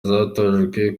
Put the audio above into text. zatojwe